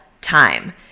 time